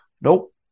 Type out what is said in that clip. Nope